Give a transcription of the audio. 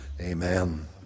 Amen